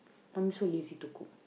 I'm so lazy to cook